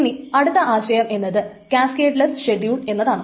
ഇനി അടുത്തു വരുന്ന ആശയം എന്നത് കാസ്കേഡ്ലെസ്സ് ഷെഡ്യൂൾ എന്നതാണ്